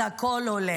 אז הכול הולך.